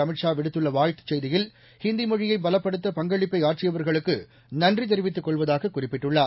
அமித் ஷா விடுத்துள்ள வாழ்த்துச் செய்தியில் ஹிந்தி மொழியை பலப்படுத்த பங்களிப்பை ஆற்றியவர்களுக்கு நன்றி தெரிவித்துக் கொள்வதாக குறிப்பிட்டுள்ளார்